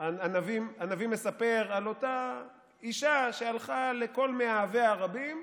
הנביא מספר על אותה אישה שהלכה לכל מאהביה הרבים,